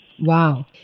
Wow